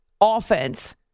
offense